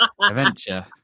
adventure